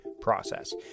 process